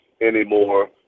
anymore